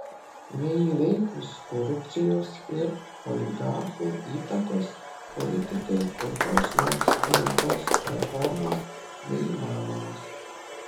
neįveikus korupcijos ir oligarchų įtakos politikai kokios nors rimtos reformos neįmanomos